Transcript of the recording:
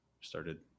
started